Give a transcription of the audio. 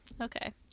Okay